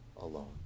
alone